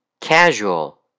Casual